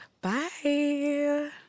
Bye